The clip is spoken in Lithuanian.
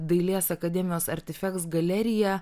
dailės akademijos artifeks galerija